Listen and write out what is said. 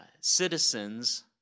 citizens